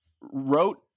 wrote